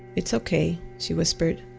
it's okay, she whispered,